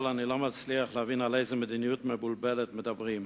אבל אני לא מצליח להבין על איזה מדיניות מבולבלת מדברים.